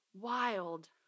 wild